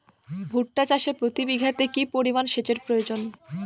ভুট্টা চাষে প্রতি বিঘাতে কি পরিমান সেচের প্রয়োজন?